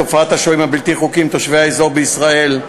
תופעת השוהים הבלתי-חוקיים תושבי האזור בישראל,